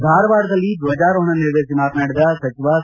ಧಾರವಾಡದಲ್ಲಿ ದ್ವಜಾರೋಹಣ ನೆರವೇರಿಸಿ ಮಾತನಾಡಿದ ಸಜಿವ ಸಿ